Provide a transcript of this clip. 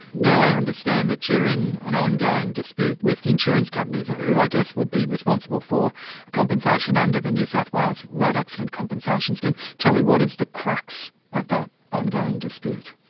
now i understand that you're in an ongoing dispute with insurance companies, who i guess would be responsible for compensation under the new south wales road accident compensation scheme. tell me, what is the crux of that ongoing dispute?